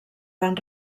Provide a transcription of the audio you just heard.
van